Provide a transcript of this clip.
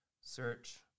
Search